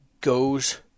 goes